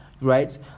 right